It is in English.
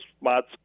spots